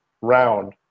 round